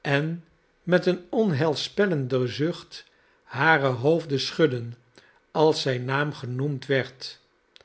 en met een onheilspellenden zucht hareboofden schudden als zijn naam genoemd werd